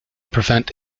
prevent